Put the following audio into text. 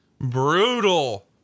Brutal